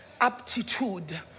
aptitude